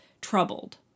troubled